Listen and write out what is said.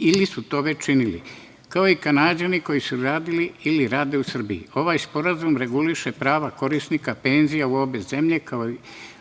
ili su to već činili, kao i Kanađani koji su radili ili rade u Srbiji. Ovaj sporazum reguliše prava korisnika penzija u obe zemlje, kao i